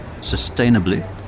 sustainably